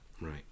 Right